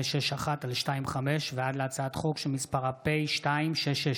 פ/2561/25 וכלה בהצעת חוק פ/2666/25: